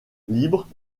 libre